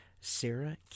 Sarah